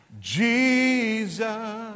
Jesus